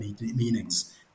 meanings